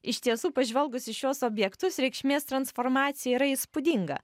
iš tiesų pažvelgus į šiuos objektus reikšmės transformacija yra įspūdinga